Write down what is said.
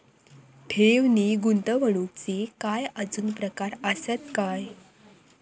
ठेव नी गुंतवणूकचे काय आजुन प्रकार आसत काय?